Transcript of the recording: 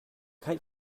kite